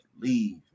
Leave